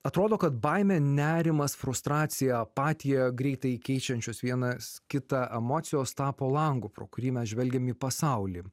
atrodo kad baimė nerimas frustracija apatija greitai keičiančios vienas kitą emocijos tapo langu pro kurį mes žvelgiam į pasaulį